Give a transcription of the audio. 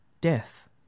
death